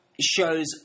shows